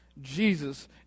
Jesus